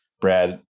Brad